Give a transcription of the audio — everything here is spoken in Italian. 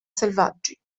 selvaggi